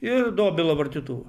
ir dobilo vartytuvą